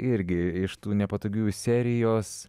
irgi iš tų nepatogiųjų serijos